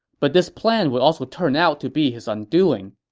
but this plan would also turn out to be his undoing.